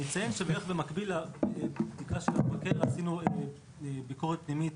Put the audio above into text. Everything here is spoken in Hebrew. אציין שבמקביל לבדיקה של המבקר ערכנו ביקורת פנימית